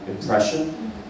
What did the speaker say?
impression